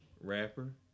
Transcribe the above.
rapper